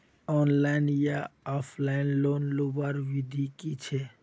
Online या offline loan लुबार विधि की छे?